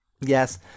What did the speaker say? Yes